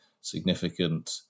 significant